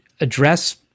address